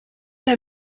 der